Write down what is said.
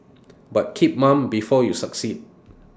but keep mum before you succeed